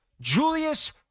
Julius